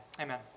Amen